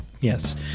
Yes